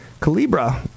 Calibra